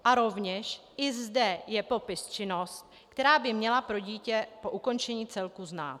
A rovněž zde je popis činností, které by mělo dítě po ukončení celku znát.